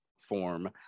form